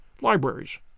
libraries